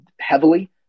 heavily